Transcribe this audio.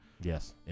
Yes